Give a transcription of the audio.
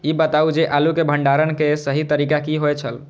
ई बताऊ जे आलू के भंडारण के सही तरीका की होय छल?